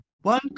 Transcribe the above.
One